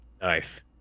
knife